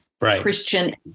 Christian